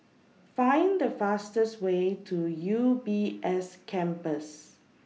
Find The fastest Way to U B S Campus